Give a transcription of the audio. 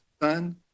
done